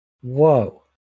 whoa